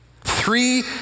Three